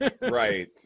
right